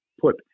put